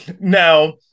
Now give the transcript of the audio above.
Now